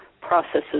processes